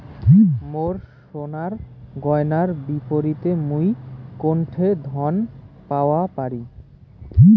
মোর সোনার গয়নার বিপরীতে মুই কোনঠে ঋণ পাওয়া পারি?